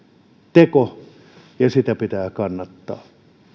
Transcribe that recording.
teko ja sitä pitää kannattaa